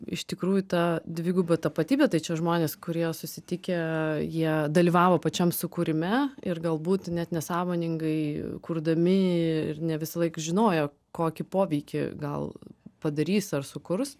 iš tikrųjų ta dviguba tapatybė tai čia žmonės kurie susitikę jie dalyvavo pačiam sukūrime ir galbūt net nesąmoningai kurdami ir ne visąlaik žinojo kokį poveikį gal padarys ar sukurs